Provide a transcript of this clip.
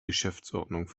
geschäftsordnung